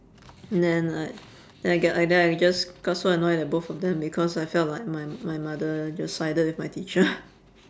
and then like then I get I just got so annoyed at the both of them because I felt like my my mother just sided with my teacher